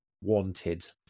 wanted